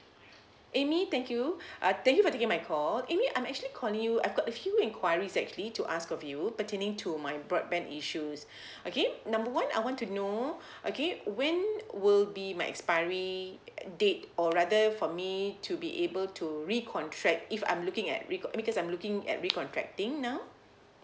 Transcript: amy thank you uh thank you for taking my call amy I'm actually calling you I've got a few inquiries actually to ask of you pertaining to my broadband issues okay number one I want to know okay when will be my expiry date or rather for me to be able to recontract if I'm looking at reco~ I mean because I'm looking at recontracting now